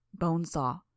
Bonesaw